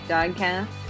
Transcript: Dogcast